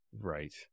Right